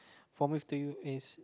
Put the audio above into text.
promise to you is